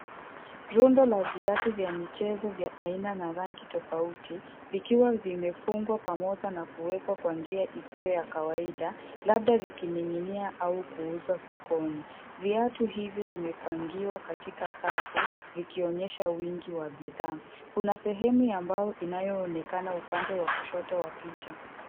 Rundo la viatu vya michezo vya aina na rangi tofauti vikiwa vimefungwa pamoja na kuwekwa kwa njia isiyo ya kawaida labda vikining'inia au kuuzwa sokoni. Viatu hivyo vimepangiwa katika safu vikionyesha wingi wa bidhaa. Kuna sehemu ya mbao inayonekana upande wa kushoto wa picha.